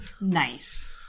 nice